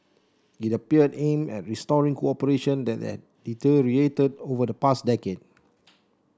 it appeared aimed at restoring cooperation that had deteriorated over the past decade